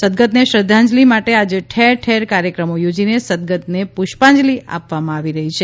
સદગતને શ્રદ્ધાંજલિ માટે આજે ઠેર ઠેર કાર્યક્રમો યોજીને સદગતને પુષ્પાંજલિ આપવામાં આવી છે